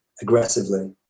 aggressively